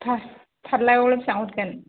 फारलायावलाय बेसेबां हरगोन